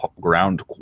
ground